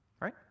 right